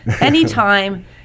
anytime